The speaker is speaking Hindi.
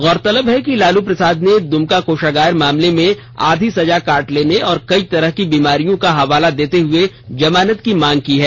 गौरतलब है कि लालू प्रसाद ने दुमका कोषागार मामले में आधी सजा काट लेने और कई तरह की बिमारियों का हवाला देते हुए जमानत की मांग की है